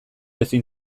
ezin